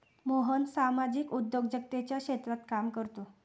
मोहन सामाजिक उद्योजकतेच्या क्षेत्रात काम करतो